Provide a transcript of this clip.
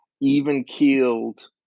even-keeled